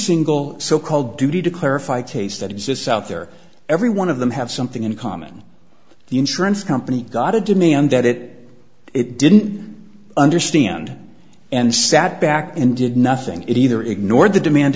single so called duty to clarify case that exists out there every one of them have something in common the insurance company got a demand that it didn't understand and sat back and did nothing it either ignored the demand